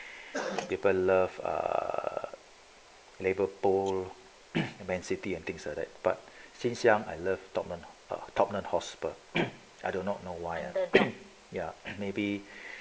people love [ah]liverpool man city and things like that but since young I love tottenham hotspur but I do not know why ah ya and maybe